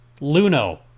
Luno